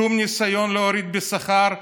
שום ניסיון להוריד בשכר,